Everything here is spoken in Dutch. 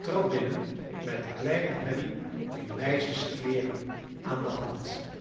trad binnen met kleine harry in meisjeskleeren aan de hand